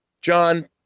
John